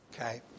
Okay